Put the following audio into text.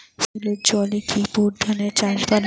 সেলোর জলে কি বোর ধানের চাষ ভালো?